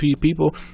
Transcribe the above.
people